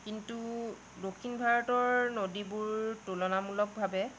কিন্তু দক্ষিণ ভাৰতৰ নদীবোৰ তুলনামূলকভাৱে